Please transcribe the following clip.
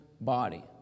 body